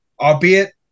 albeit